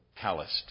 calloused